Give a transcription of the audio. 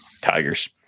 tigers